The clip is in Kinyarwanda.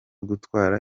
gutwara